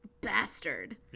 bastard